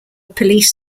police